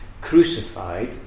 crucified